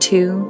Two